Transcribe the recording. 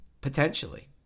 Potentially